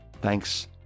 Thanks